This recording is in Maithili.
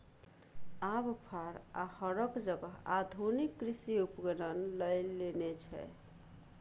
आब फार आ हरक जगह आधुनिक कृषि उपकरण लए लेने छै